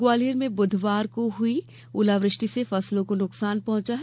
ग्वालियर में बुधवार को हई ओलावृष्टि से फसलों से नुकसान हुआ है